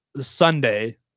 Sunday